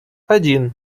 один